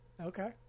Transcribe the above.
Okay